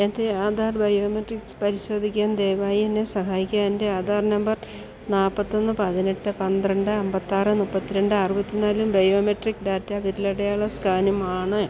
എൻ്റെ ആധാർ ബയോമെട്രിക്സ് പരിശോധിക്കാൻ ദയവായി എന്നെ സഹായിക്കുക എൻ്റെ ആധാർ നമ്പർ നാൽപ്പത്തൊന്ന് പതിനെട്ട് പന്ത്രണ്ട് അമ്പത്താറ് മുപ്പത്തിരണ്ട് അറുപത്തിനാലും ബയോമെട്രിക് ഡാറ്റ വിരലടയാള സ്കാനും ആണ്